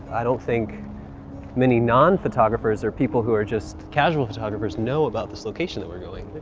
i don't think many non-photographers or people who are just casual photographers know about this location that we're going.